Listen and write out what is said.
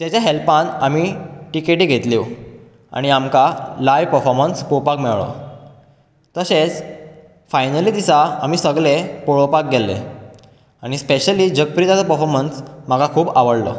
तेजे हॅल्पान आमी तिकेटी घेतल्यो आनी आमकां लायव पर्फोरमन्स पळोवपाक मेळ्ळो तशेंच फायनली दिसा आमी सगळे पळोवपाक गेल्ले आनी स्पेशली जगप्रीताचो पर्फोर्मन्स म्हाका खूब आवडलो